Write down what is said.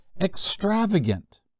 extravagant